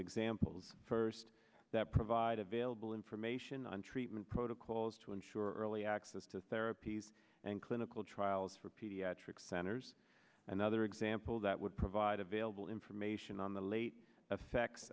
examples first that provide available information on treatment protocols to ensure early access to therapies and clinical trials for pediatric centers another example that would provide available information on the late effects